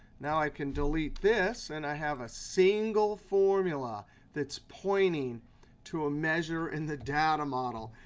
now i can delete this, and i have a single formula that's pointing to a measure in the data model.